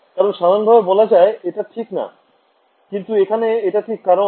কারণ সাধারণ ভাবে বলা যায় এটা ঠিক না কিন্তু এখানে এটা ঠিক কারণ